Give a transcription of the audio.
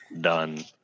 done